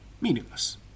meaningless